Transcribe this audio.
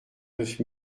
neuf